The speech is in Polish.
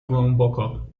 głęboko